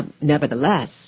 nevertheless